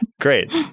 Great